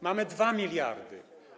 Mamy 2 mld.